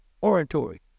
oratory